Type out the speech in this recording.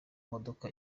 modoka